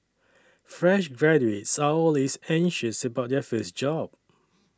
fresh graduates are always anxious about their first job